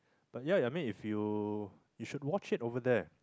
but ya I mean if you you should watch it over there